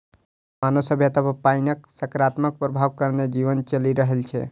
मानव सभ्यता पर पाइनक सकारात्मक प्रभाव कारणेँ जीवन चलि रहल छै